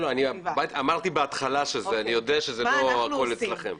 אמרתי בהתחלה שאני יודע שלא הכול אצלכם.